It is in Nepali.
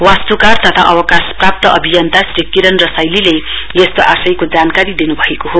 वास्तुकार तथा अवकाशप्राप्त अभियन्ता श्री किरण रसाइलीले यस्तो आशयको जानकारी दिनु भएको हो